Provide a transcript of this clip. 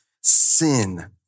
sin